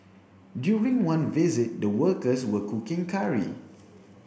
during one visit the workers were cooking curry